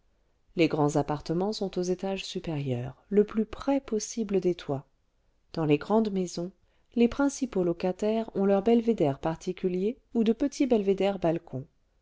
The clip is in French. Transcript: les grands appartements sont aux étages supérieurs le plus près possible des toits dans les grandes maisons les principaux locataires ont leurs belvédères particuliers ou de petits